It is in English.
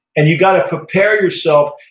and you've got to prepare yourself,